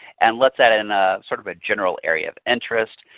and let's add in ah sort of a general area of interest.